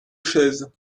chaises